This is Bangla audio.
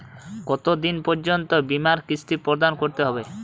কতো দিন পর্যন্ত বিমার কিস্তি প্রদান করতে হবে?